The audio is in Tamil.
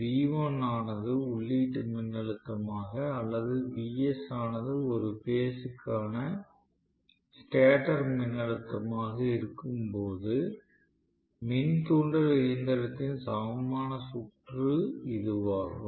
V1 ஆனது உள்ளீட்டு மின்னழுத்தமாக அல்லது Vs ஆனது ஒரு பேஸ் க்கான ஸ்டேட்டர் மின்னழுத்தமாக இருக்கும்போது மின் தூண்டல் இயந்திரத்தின் சமமான சுற்று இதுவாகும்